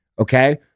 Okay